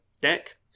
deck